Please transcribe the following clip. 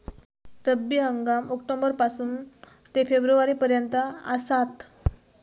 रब्बी हंगाम ऑक्टोबर पासून ते फेब्रुवारी पर्यंत आसात